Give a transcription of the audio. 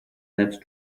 next